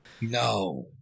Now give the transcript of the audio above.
no